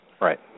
Right